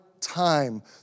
time